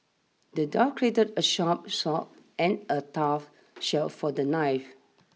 the dwarf crafted a sharp sword and a tough shield for the knife